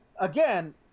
Again